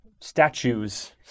statues